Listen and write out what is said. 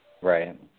Right